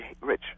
Rich